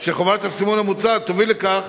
שחובת הסימון המוצע תוביל לכך